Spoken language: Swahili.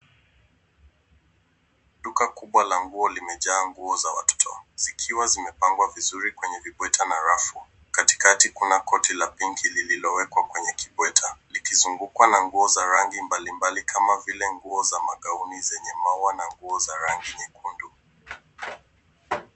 Duka kubwa la nguo limejaa nguo za watoto zikiwa zimepangwa vizuri kwenye vibweta na rafu. Katikakati kuna koti la pinki lililowekwa kwenye kibweta likizungukwa na nguo za rangi mbalimbali kama vile nguo za magauni zenye maua na nguo za rangi nyekundu.